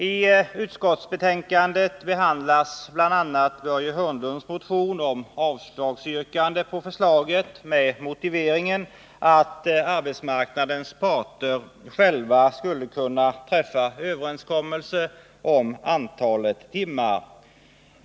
I utskottsbetänkandet behandlas bl.a. Börje Hörnlunds motion med avslagsyrkande på förslaget med motiveringen att arbetsmarknadens parter själva skulle kunna träffa överenskommelse om antalet timmar.